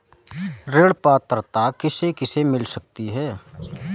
ऋण पात्रता किसे किसे मिल सकती है?